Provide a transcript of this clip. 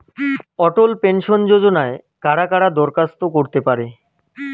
অটল pension যোজনায় কারা কারা দরখাস্ত করতে পারে?